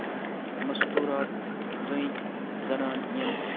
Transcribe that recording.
مستوٗرات زٔنۍ زَنان یِم